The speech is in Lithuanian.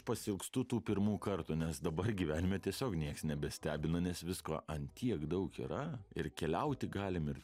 pasiilgstu tų pirmų kartų nes dabar gyvenime tiesiog nieks nebestebina nes visko ant tiek daug yra ir keliauti galim ir